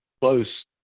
close